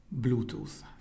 Bluetooth